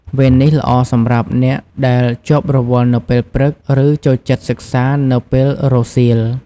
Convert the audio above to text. វេននេះល្អសម្រាប់អ្នកដែលជាប់រវល់នៅពេលព្រឹក ឬចូលចិត្តសិក្សានៅពេលរសៀល។